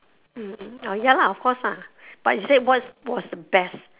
ah oh ya lah of course lah but it said what was the best